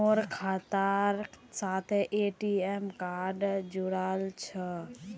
मोर खातार साथे ए.टी.एम कार्ड जुड़ाल छह